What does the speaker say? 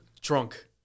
Drunk